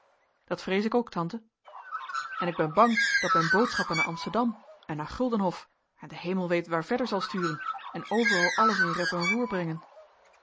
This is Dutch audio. dat vrees ik ook tante en ik ben bang dat men boodschappen naar amsterdam en naar guldenhof en de hemel weet waar verder zal sturen en overal alles in rep en roer brengen